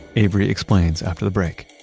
avery explains after the break